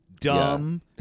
dumb